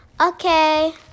Okay